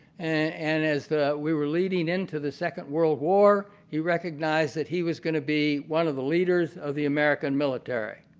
and as we were leading into the second world war, he recognized that he was going to be one of the leaders of the american military.